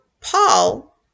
Paul